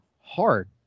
hard